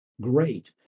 great